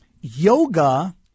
Yoga